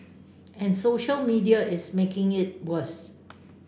and social media is making it worse